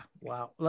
Wow